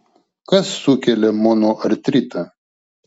kas sukelia monoartritą